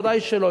ודאי שלא.